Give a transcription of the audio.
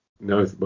No